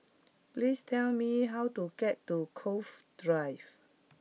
please tell me how to get to Cove Drive